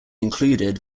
included